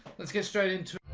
let's get straight into